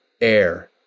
air